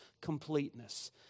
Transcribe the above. completeness